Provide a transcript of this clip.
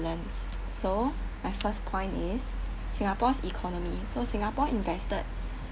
so my first point is singapore's economy so singapore invested